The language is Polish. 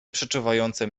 przeczuwającym